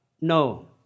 No